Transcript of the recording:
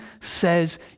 says